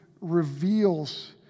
reveals